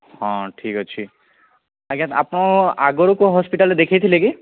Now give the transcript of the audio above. ହଁ ଠିକ୍ ଅଛି ଆଜ୍ଞା ଆପଣ ଆଗରୁ କେଉଁ ହସ୍ପିଟାଲ୍ରେ ଦେଖାଇଥିଲେ କି